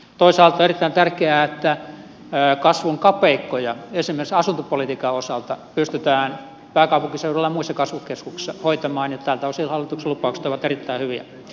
toisaalta on erittäin tärkeää että kasvun kapeikkoja esimerkiksi asuntopolitiikan osalta pystytään pääkaupunkiseudulla ja muissa kasvukeskuksissa hoitamaan ja tältä osin hallituksen lupaukset ovat erittäin hyviä